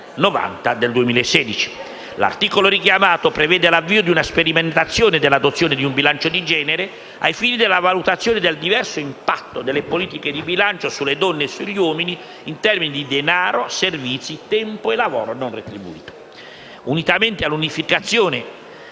L'articolo richiamato prevede l'avvio di una sperimentazione dell'adozione di un bilancio di genere, ai fini della valutazione del diverso impatto delle politiche di bilancio sulle donne e sugli uomini, in termini di denaro, servizi, tempo e lavoro non retribuito.